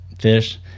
fish